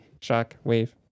Shockwave